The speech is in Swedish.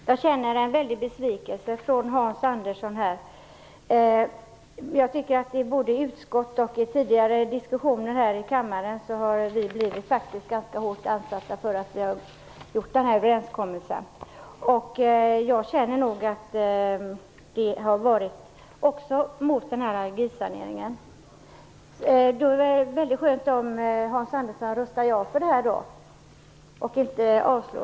Fru talman! Jag känner att Hans Andersson är väldigt besviken. Både i utskottet och i tidigare diskussioner här i kammaren har vi faktiskt blivit ganska hårt ansatta för att vi har gjort den här överenskommelsen. Jag har känt att det har gällt allergisaneringen också. Men det vore ju väldigt skönt om Hans Andersson röstade ja till det här förslaget då och inte röstar för ett avslag.